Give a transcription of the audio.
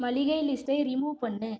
மளிகை லிஸ்ட்டை ரிமூவ் பண்ணு